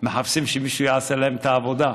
מחפשים שמישהו יעשה להם את העבודה,